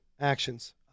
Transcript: actions